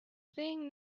thing